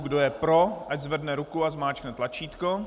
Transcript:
Kdo je pro, ať zvedne ruku a zmáčkne tlačítko.